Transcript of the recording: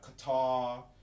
Qatar